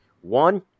One